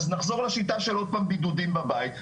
אז נחזור לשיטה של עוד פעם בידודים בבית,